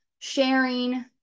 sharing